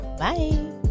Bye